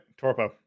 Torpo